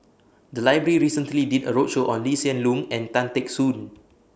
The Library recently did A roadshow on Lee Hsien Loong and Tan Teck Soon